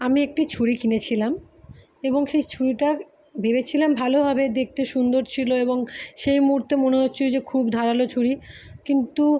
আমি একটি ছুরি কিনেছিলাম এবং সেই ছুরিটার ভেবেছিলাম ভালো হবে দেখতে সুন্দর ছিল এবং সেই মুহূর্তে মনে হচ্ছিল যে খুব ধারালো ছুরি কিন্তু